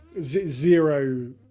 Zero